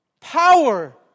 power